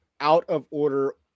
out-of-order